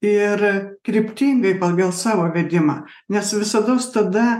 ir kryptingai pagal savo vedimą nes visados tada